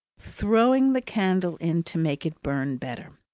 throwing the candle in to make it burn better.